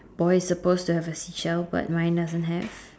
boy is supposed to have a seashell but mine doesn't have